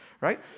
right